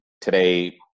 today